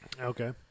Okay